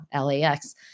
LAX